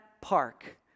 park